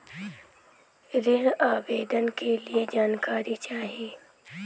ऋण आवेदन के लिए जानकारी चाही?